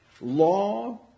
law